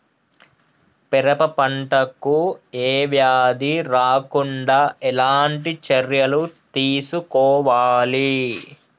పెరప పంట కు ఏ వ్యాధి రాకుండా ఎలాంటి చర్యలు తీసుకోవాలి?